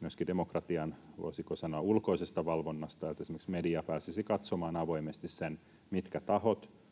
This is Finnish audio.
myöskin demokratian, voisiko sanoa, ulkoisesta valvonnasta, että esimerkiksi media pääsisi katsomaan avoimesti sen, mitkä tahot